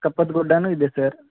ಕಪ್ಪತ್ತ ಗುಡ್ಡವೂ ಇದೆ ಸರ್